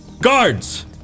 Guards